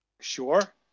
Sure